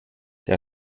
der